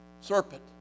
serpent